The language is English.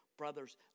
Brothers